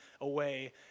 away